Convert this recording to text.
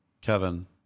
Kevin